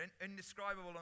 Indescribable